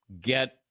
get